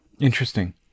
Interesting